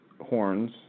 horns